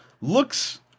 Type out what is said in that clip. looks